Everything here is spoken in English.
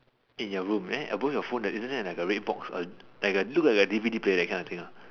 in your room above your phone like isn't that like a red box a like uh look like a D_V_D player that kind of thing